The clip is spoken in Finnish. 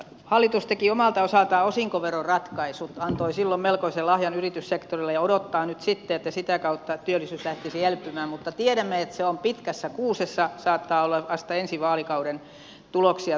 hallitus teki omalta osaltaan osinkoveroratkaisut antoi silloin melkoisen lahjan yrityssektorille ja odottaa nyt sitten että sitä kautta työllisyys lähtisi elpymään mutta tiedämme että se on pitkässä kuusessa saattaa olla vasta ensi vaalikaudella tuloksia tuottava